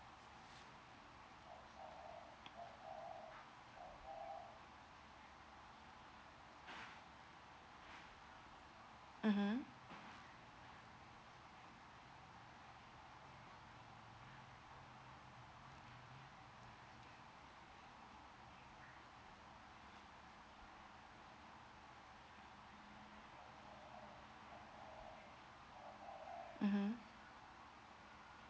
mmhmm mmhmm